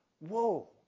whoa